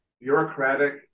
bureaucratic